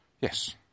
Yes